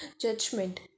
judgment